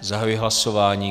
Zahajuji hlasování.